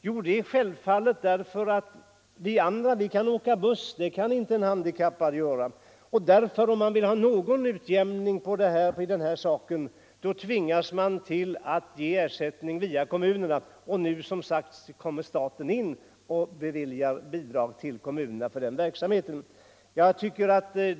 Jo, det är självfallet därför att medan vi andra kan åka buss kan inte en handikappad göra det. Om man vill ha någon utjämning på det här området tvingas man alltså att ge ersättning via kommunerna, och nu träder som sagt staten in och beviljar bidrag till kommunerna för den här verksamheten.